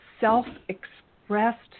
self-expressed